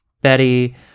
Betty